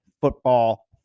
football